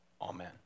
Amen